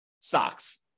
stocks